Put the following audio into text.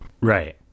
right